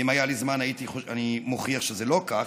ואם היה לי זמן הייתי מוכיח שזה לא כך,